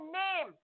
name